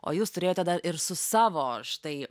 o jūs turėjote dar ir su savo štai